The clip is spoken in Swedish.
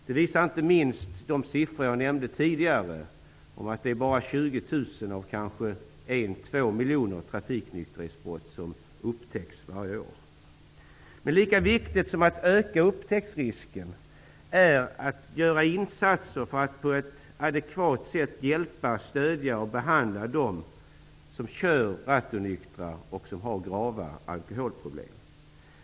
Det visar inte minst de siffror som jag nyss redovisade om att det bara är 20 000 av en eller två miljoner trafiknykterhetsbrott som upptäcks varje år. Lika viktigt som att öka upptäcktsrisken är att göra insatser för att på ett adekvat sätt hjälpa, stödja och behandla dem som kör rattonyktra och som har grava alkoholproblem.